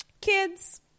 kids